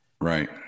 Right